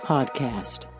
Podcast